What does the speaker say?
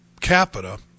capita